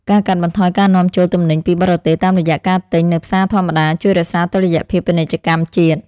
ការកាត់បន្ថយការនាំចូលទំនិញពីបរទេសតាមរយៈការទិញនៅផ្សារធម្មតាជួយរក្សាតុល្យភាពពាណិជ្ជកម្មជាតិ។